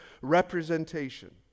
representation